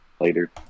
Later